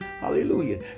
Hallelujah